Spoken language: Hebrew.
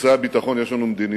בנושא הביטחון יש לנו מדיניות,